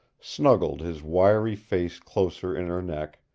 snuggled his wiry face closer in her neck,